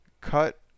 cut